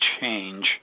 change